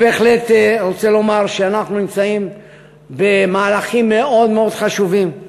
אני רוצה לומר שאנחנו נמצאים במהלכים מאוד חשובים.